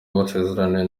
basezerana